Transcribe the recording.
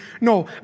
No